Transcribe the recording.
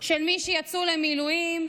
של מי שיצאו למילואים,